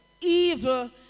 Evil